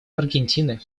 аргентины